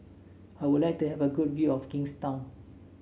I would like to have a good view of Kingstown